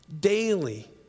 Daily